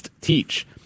teach